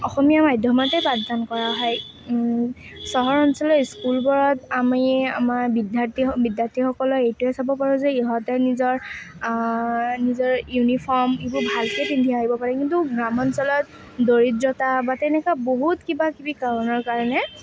অসমীয়া মাধ্যমতে পাঠদান কৰা হয় চহৰ অঞ্চলৰ স্কুলবোৰত আমি আমাৰ বিদ্যাৰ্থী বিদ্যাৰ্থীসকলে এইটোৱে চাব পাৰোঁ যে ইহঁতে নিজৰ নিজৰ ইউনিফৰ্ম এইবোৰ ভালকৈ পিন্ধি আহিব পাৰে কিন্তু গ্ৰাম্য অঞ্চলত দৰিদ্ৰতা বা তেনেকুৱা বহুত কিবা কিবি কাৰণৰ কাৰণে